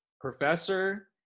professor